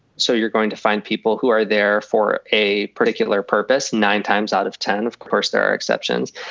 so you're going to find people who are there for a particular purpose. nine times out of ten, of course, there are exceptions.